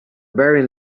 barren